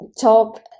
talk